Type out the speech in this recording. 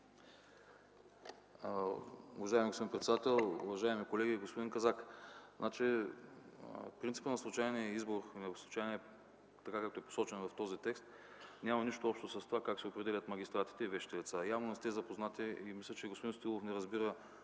Уважаеми господин председател, уважаеми колеги! Господин Казак, принципът на случайния избор, така както е посочено в този текст, няма нищо общо с това как се определят магистратите и вещите лица. Явно не сте запознати и мисля, че и господин Стоилов не разбира